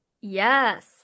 Yes